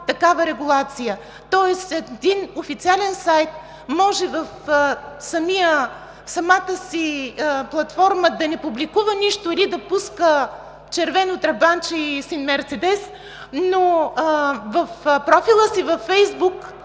такава регулация, тоест един официален сайт може в самата си платформа да не публикува нищо или да пусне червено трабантче и син мерцедес, но в профила си във Фейсбук